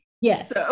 Yes